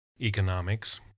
economics